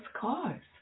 cars